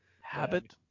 habit